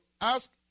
ask